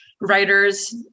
writers